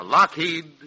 Lockheed